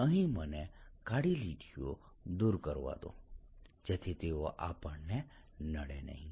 અહીં મને આ કાળી લીટીઓ દૂર કરવા દો જેથી તેઓ આપણને નડે નહીં